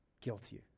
guilty